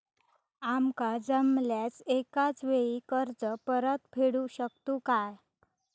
आमका जमल्यास एकाच वेळी कर्ज परत फेडू शकतू काय?